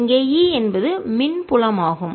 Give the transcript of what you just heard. இங்கே E என்பது மின் புலம் ஆகும்